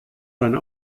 seine